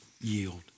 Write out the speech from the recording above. yield